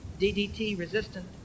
DDT-resistant